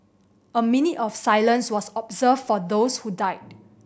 a minute of silence was observed for those who died